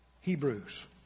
Hebrews